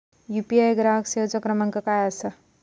UPI ग्राहक सेवेचो क्रमांक काय असा?